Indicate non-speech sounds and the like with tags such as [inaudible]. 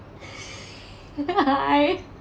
[laughs] I